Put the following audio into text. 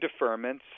deferments